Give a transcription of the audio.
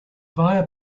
via